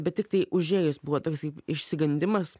bet tiktai užėjus buvo toksai išsigandimas